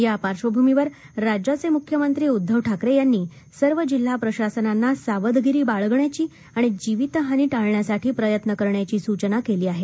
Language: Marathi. या पार्धभूमीवर राज्याचे मुख्यमंत्री उद्धव ठाकरे यांनी सर्व जिल्हा प्रशासनांना सावधगिरी बाळगण्याची आणि जीवित हानी ळण्यासाठी प्रयत्न करण्याची सूचना केली आहे